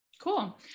Cool